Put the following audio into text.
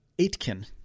Aitken